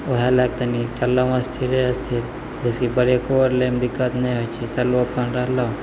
वहएले तनि चललहुँ अस्थिरे अस्थिरे जाहिसे कि ब्रेको आओर लैमे दिक्कत नहि होइ छै स्लो अपन रहलहुँ